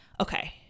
okay